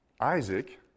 Isaac